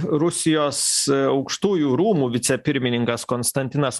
rusijos aukštųjų rūmų vicepirmininkas konstantinas